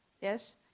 Yes